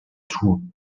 tout